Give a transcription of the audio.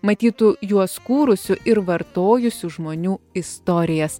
matytų juos kūrusių ir vartojusių žmonių istorijas